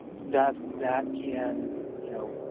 that that can, you know,